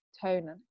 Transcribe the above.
tone